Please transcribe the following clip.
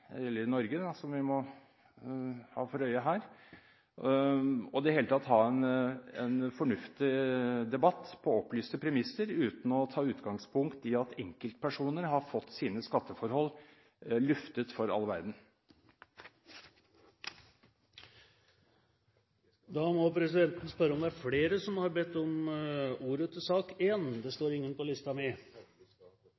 eller i Norge, som vi må ha for øye her – i det hele tatt ha en fornuftig debatt på opplyste premisser, uten å ta utgangspunkt i at enkeltpersoner har fått sine skatteforhold luftet for all verden. Representanten Haugli har hatt ordet to ganger tidligere, og får dermed ordet til en